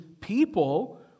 people